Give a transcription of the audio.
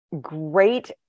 great